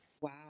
Wow